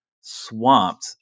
swamped